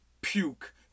puke